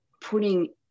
putting